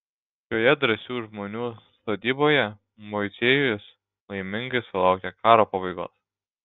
šioje drąsių žmonių sodyboje moisiejus laimingai sulaukė karo pabaigos